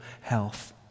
health